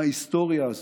מההיסטוריה הזאת.